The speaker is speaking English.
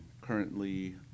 currently